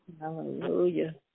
Hallelujah